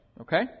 Okay